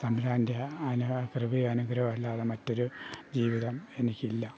തമ്പുരാൻ്റെ അനു കൃപയും അനുഗ്രഹവും അല്ലാതെ മറ്റൊരു ജീവിതം എനിക്കില്ല